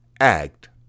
act